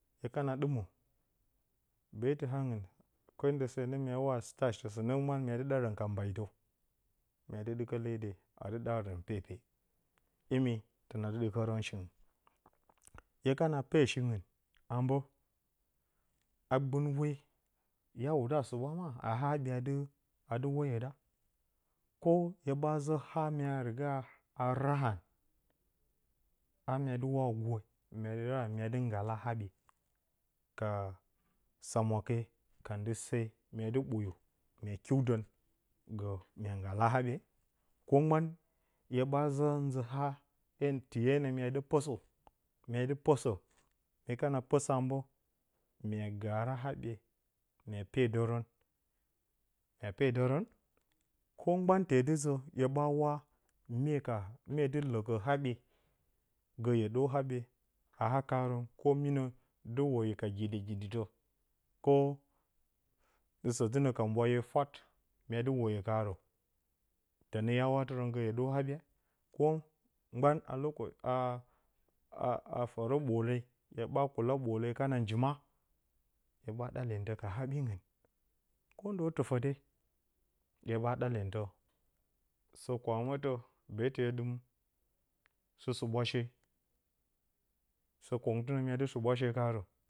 Hye kana ɗɨmǝ beetɨ angɨn akwi ndɨ se nǝ mya dɨ wa atɨ stashtǝ sɨnǝ mgban mya dɨ ɗarǝn ka mbaitǝ mya dɨ ɗɨkǝ lede a dɨ ɗadǝn pepe imi tǝna dɨ ɗɨkǝrǝn shingɨn, hye kana pedǝ shingɨn a mbǝǝ a gɨnuwe hya dǝ suɓwa ma, a haa haɓye a dɨ a dɨ weyǝ da ko hye ɓa ǝ haa riga a ra ha a mya dɨ wa gwe mya rarǝn a dɨ nggala haɓye ka samwake ka ndɨ se mya dɨ ɓoyo mya kiwdǝn gǝ mya nggala haɓye kuma hye ɓa zǝn nzǝ tiyanǝ mya dɨ posǝ mye kana pǝsǝ a mbǝǝ mya gaara haɓye mya pedǝrǝ, mya pedǝrǝn? Ko mgban tee dɨ zǝ hye ɓa wa myee ka myee dɨ lǝkǝ haɓye gǝ hye dor haɓye a hakrǝn ko minǝ dɨ woyi ka giɗi-giɗitǝ ko ndɨ sǝtɨnǝ a mwaye fwat mya dɨ woyo kaarǝ tǝnǝ hya watɨrǝn gǝ hye dor haɓye ko mgban a lokoshi a a a fǝrǝ ɓoole hye ɓa kula ɓpple kana njima hye ɓa ɗa lyentǝ ka haɓingɨn? Kondo tɨfǝ d hye ɓa ɗa lyentǝ sǝ kwamǝtǝ beetɨ hye ɗɨmsɨ suɓwashe sɨ kungtɨnǝ ya dɨ suɓwashe kaarǝ